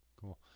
Cool